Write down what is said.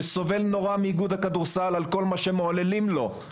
שסובל נורא מאיגוד הכדורסל על כל מה שמעוללים לו,